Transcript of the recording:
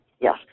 Yes